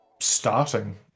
starting